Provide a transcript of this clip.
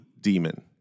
demon